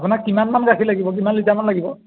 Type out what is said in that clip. আপোনাক কিমানমান গাখীৰ লাগিব কিমান লিটাৰমান লাগিব